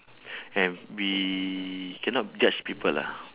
and we cannot judge people lah